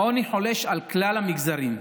העוני חולש על כלל המגזרים,